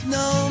no